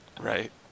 Right